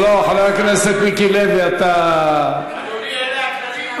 לא, חבר הכנסת מיקי לוי, אתה, אדוני, אלה הכללים.